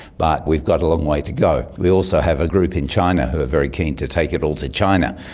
but we've got a long way to go. we also have a group in china who are very keen to take it all to china.